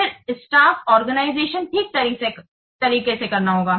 फिर staff organisation ठीक तरीके से करना होगा